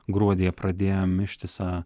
gruodyje pradėjom ištisą